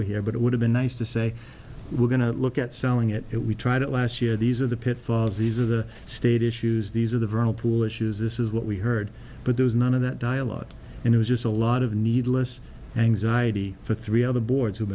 were here but it would have been nice to say we're going to look at selling it we tried it last year these are the pitfalls these are the state issues these are the vernal pool issues this is what we heard but there was none of that dialogue and it was just a lot of needless anxiety for three other boards who've